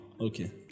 Okay